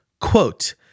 quote